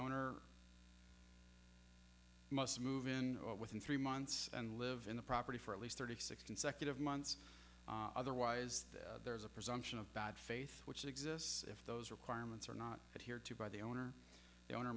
owner must move in within three months and live in the property for at least thirty six consecutive months otherwise there is a presumption of bad faith which exists if those requirements are not that here too by the owner the owner